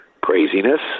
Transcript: craziness